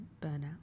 burnout